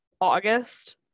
August